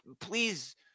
please